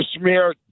smear